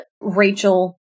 Rachel